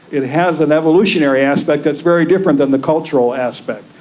it has an evolutionary aspect that's very different than the cultural aspect.